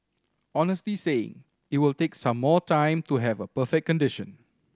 honestly saying it will take some more time to have a perfect condition